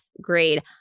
grade